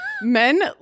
Men